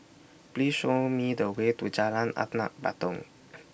Please Show Me The Way to Jalan Anak Patong